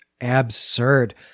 absurd